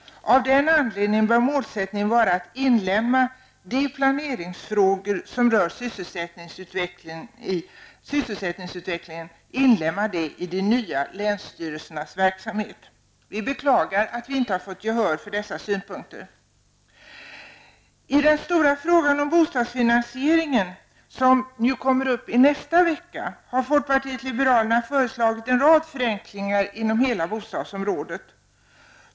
Av den anledningen bör målsättningen vara att inlemma de planeringsfrågor som rör sysselsättningsutvecklingen i de nya länsstyrelsernas verksamhet. Vi beklagar att vi inte har fått gehör för dessa synpunkter. I den stora frågan om bostadsfinansieringen, som kommer upp i nästa vecka, har folkpartiet liberalerna föreslagit en rad förenklingar inom hela bostadsområdet.